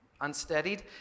unsteadied